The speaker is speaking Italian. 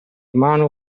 mano